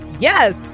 Yes